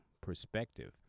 perspective